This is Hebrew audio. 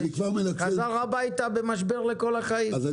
חזר הביתה במשבר לכל החיים.